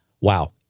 Wow